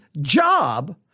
job